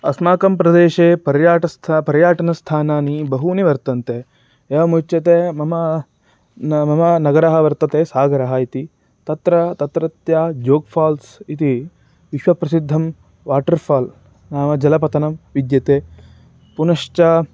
अस्माकं प्रदेशे पर्यटनस्थानि पर्यटनस्थानानि बहूनि वर्तन्ते एवमुच्यते मम न मम नगरं वर्तते सागरः इति तत्र तत्रत्यः जोग् फ़ाल्स् इति विश्वप्रसिद्धं वाटर् फ़ाल् नाम जलपातः विद्यते पुनश्च